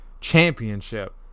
Championship